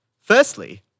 Firstly